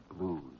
Blues